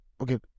okay